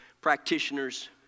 practitioners